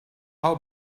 how